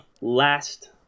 last